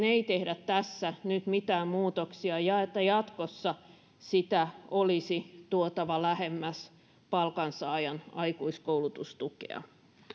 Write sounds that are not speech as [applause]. [unintelligible] ei tehdä tässä nyt mitään muutoksia ja että jatkossa sitä olisi tuotava lähemmäs palkansaajan aikuiskoulutustukea